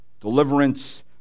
Deliverance